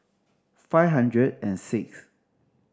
five hundred and sixth